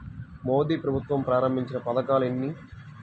మోదీ ప్రభుత్వం ప్రారంభించిన పథకాలు ఎన్ని?